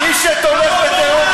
ומי שתומך בטרור,